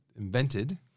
invented